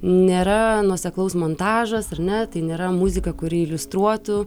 nėra nuoseklaus montažas ar ne tai nėra muzika kuri iliustruotų